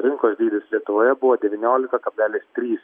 rinkos dydis lietuvoje buvo devyniolika kablelis trys